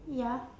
ya